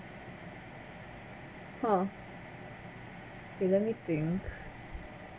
!huh! let me think